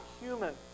human